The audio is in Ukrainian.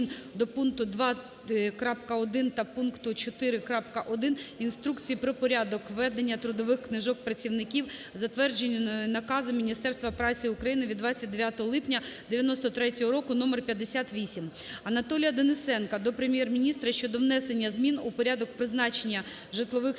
до п. 2.1. та п. 4.1. Інструкції про порядок ведення трудових книжок працівників, затвердженої наказом Міністерства праці України від 29 липня 1993 року № 58. Анатолія Денисенка до Прем'єр-міністра щодо внесення змін у порядок призначення житлових субсидій